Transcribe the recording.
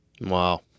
wow